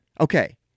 Okay